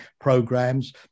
programs